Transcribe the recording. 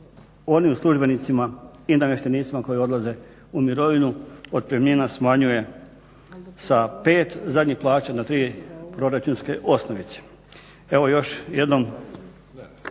onim službenicima i namještenicima koji odlaze u mirovinu otpremnina smanjuje sa pet zadnjih plaća na tri proračunske osnovice. Evo još jednom